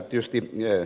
heikki a